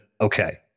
okay